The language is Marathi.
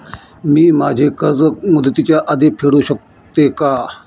मी माझे कर्ज मुदतीच्या आधी फेडू शकते का?